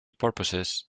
purposes